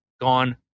gone